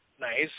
nice